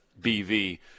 BV